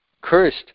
cursed